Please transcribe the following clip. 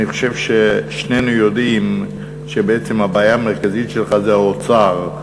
אני חושב ששנינו יודעים שבעצם הבעיה המרכזית שלך זה האוצר,